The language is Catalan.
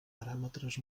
paràmetres